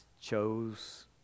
chose